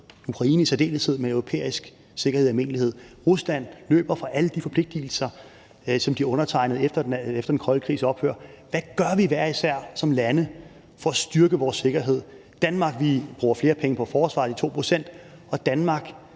Ukraine i særdeleshed, men europæisk sikkerhed i almindelighed. Rusland løber fra alle de forpligtigelser, som de underskrev efter den kolde krigs ophør. Hvad gør vi hver især som lande for at styrke vores sikkerhed? Danmark bruger flere penge på forsvaret, de 2 pct., og Danmark